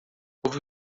houve